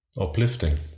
uplifting